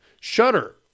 shutter